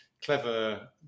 clever